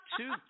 Two